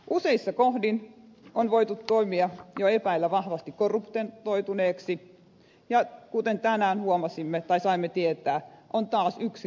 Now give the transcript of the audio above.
useissa kohdin on voitu toimia jo epäillä vahvasti korruptoituneiksi ja kuten tänään saimme tietää on taas yksi rikostutkinta lisää